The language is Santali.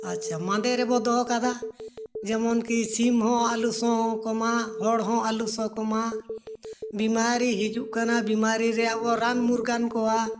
ᱟᱪᱪᱷᱟ ᱢᱟᱫᱮ ᱨᱮᱵᱚᱱ ᱫᱚᱦᱚ ᱠᱟᱫᱟ ᱡᱮᱢᱚᱱ ᱠᱤ ᱥᱤᱢ ᱦᱚᱸ ᱟᱞᱚ ᱥᱚ ᱠᱚᱢᱟ ᱦᱚᱲ ᱦᱚᱸ ᱟᱞᱚ ᱥᱚ ᱠᱚᱢᱟ ᱵᱤᱢᱟᱨᱤ ᱦᱤᱡᱩᱜ ᱠᱟᱱᱟ ᱵᱤᱢᱟᱨᱤ ᱨᱮᱱᱟᱜ ᱵᱚᱱ ᱨᱟᱱ ᱢᱩᱨᱜᱟᱹᱱ ᱠᱚᱣᱟ